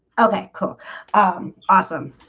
okay, cool awesome.